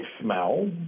smell